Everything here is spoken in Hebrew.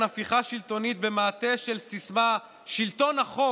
הפיכה שלטונית במעטה של סיסמה "שלטון החוק":